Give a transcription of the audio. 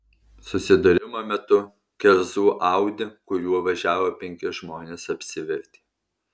susidūrimo metu kerzų audi kuriuo važiavo penki žmonės apsivertė